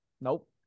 nope